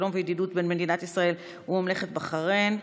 שלום וידידות בין מדינת ישראל וממלכת בחריין.